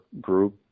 group